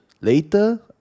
Later